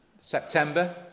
September